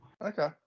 Okay